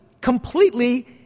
completely